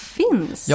finns